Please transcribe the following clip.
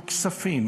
כספים,